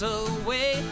away